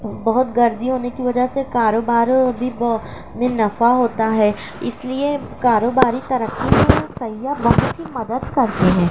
بہت گردی ہونے کی وجہ سے کاروبار بھی بہو میں نفع ہوتا ہے اس لیے کاروباری ترقّی کو سیاح بہت ہی مدد کرتی ہیں